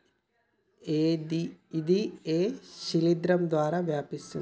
ఇది ఏ శిలింద్రం ద్వారా వ్యాపిస్తది?